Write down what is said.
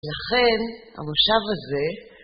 לכן המושב הזה